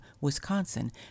Wisconsin